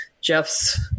Jeff's